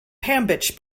pambiche